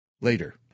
Later